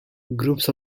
groups